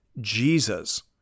Jesus